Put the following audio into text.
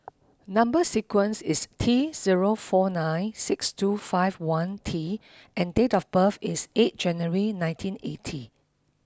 number sequence is T zero four nine six two five one T and date of birth is eight January nineteen eighty